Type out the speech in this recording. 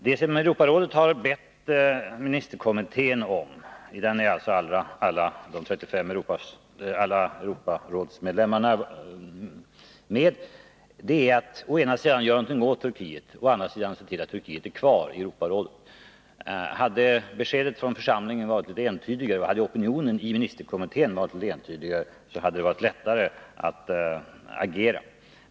Det som Europarådet har bett ministerkommittén — där alla Europarådsmedlemmar är med — om är att å ena sidan göra någonting åt Turkiet och å andra sidan se till att Turkiet är kvar i Europarådet. Hade beskedet från församlingen varit litet mer entydigt och hade opinionen i ministerkommittén varit litet mer entydig hade det varit lättare att agera.